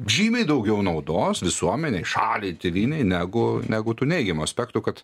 žymiai daugiau naudos visuomenei šaliai tėvynei negu negu tų neigiamų aspektų kad